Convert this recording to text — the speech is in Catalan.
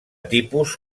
tipus